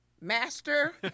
master